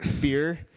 beer